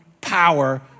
power